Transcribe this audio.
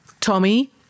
Tommy